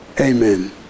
Amen